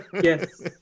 Yes